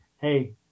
hey